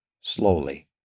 slowly